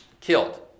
killed